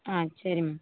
ஆ சரி மேம்